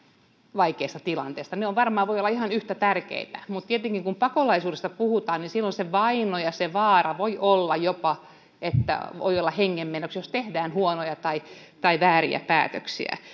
vaikeasta tilanteesta ne varmaan voivat olla ihan yhtä tärkeitä mutta tietenkin kun pakolaisuudesta puhutaan silloin se vaino ja se vaara voi olla jopa sellaista että se voi olla hengen menoksi jos tehdään huonoja tai tai vääriä päätöksiä